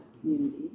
community